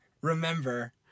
remember